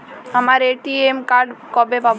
আমার ATM card কবে পাব?